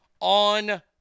On